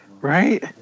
right